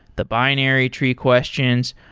the binary tree questions,